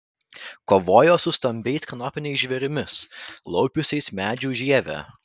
kovojo su stambiais kanopiniais žvėrimis laupiusiais medžių žievę